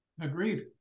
Agreed